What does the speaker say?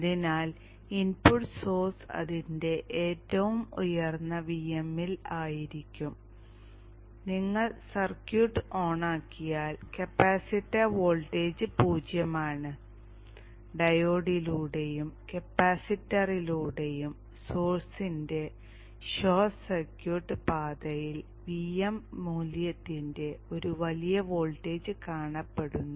അതിനാൽ input source അതിന്റെ ഏറ്റവും ഉയർന്ന Vm ൽ ആയിരിക്കുമ്പോൾ നിങ്ങൾ സർക്യൂട്ട് ഓണാക്കിയാൽ കപ്പാസിറ്റർ വോൾട്ടേജ് പൂജ്യമാണ് ഡയോഡിലൂടെയും കപ്പാസിറ്ററിലൂടെയും സോഴ്സിന്റെ ഷോർട്ട് സർക്യൂട്ട് പാതയിൽ Vm മൂല്യത്തിന്റെ ഒരു വലിയ വോൾട്ടേജ് കാണപ്പെടുന്നു